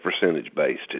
percentage-based